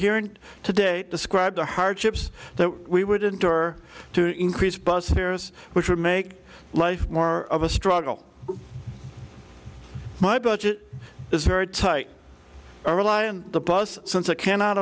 hearing today describe the hardships that we would endure to increase bus fares which would make life more of a struggle my budget is very tight all rely on the bus since i cannot